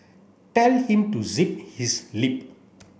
tell him to zip his lip